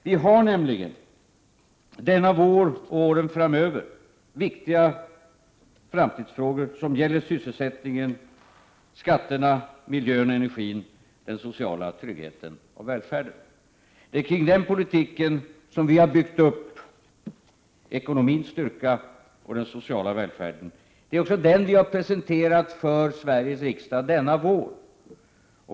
Vi har nämligen framför oss, denna vår och åren framöver, viktiga framtidsfrågor som gäller sysselsättningen, skatterna, miljön, energin och den sociala tryggheten och välfärden. Det är kring den politiken som vi har byggt upp ekonomins styrka och den sociala välfärden. Det är också den politiken vi har presenterat för Sveriges riksdag denna vår.